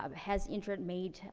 um has internet made,